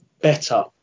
better